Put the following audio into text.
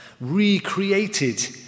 recreated